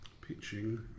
pitching